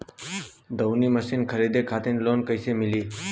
दऊनी मशीन खरीदे खातिर लोन कइसे मिली?